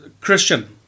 Christian